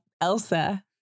Elsa